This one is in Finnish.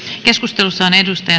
keskustelussa on